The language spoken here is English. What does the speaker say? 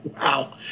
wow